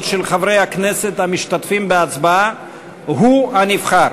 של חברי הכנסת המשתתפים בהצבעה הוא הנבחר.